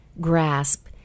grasp